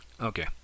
Okay